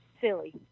silly